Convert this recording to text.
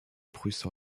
prusse